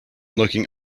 looking